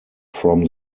from